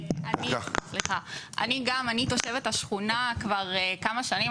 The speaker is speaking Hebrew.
אני גם תושבת השכונה כבר כמה שנים,